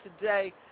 today